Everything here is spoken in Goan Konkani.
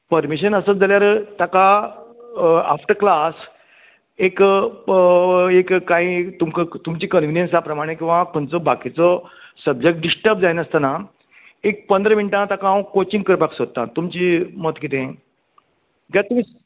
पर्मीशन आसत जाल्यार ताका आफ्टर क्लास एक एक एक कांयी तुमका तुमचे कन्विनीयन्सा प्रमाणें किंवां तुमचो बाकीचो सद्याक डिस्टर्ब जायनासतना एक पंदरा मिण्टां ताका हांव काॅचिंग करपाक सोदता तुमची मत कितें घे तुमी